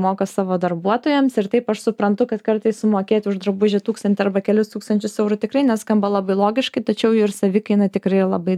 moka savo darbuotojams ir taip aš suprantu kad kartais sumokėti už drabužį tūkstantį arba kelis tūkstančius eurų tikrai neskamba labai logiškai tačiau jų ir savikaina tikrai labai